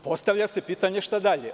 Postavlja se pitanje šta dalje?